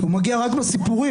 הוא מגיע רק בסיפורים,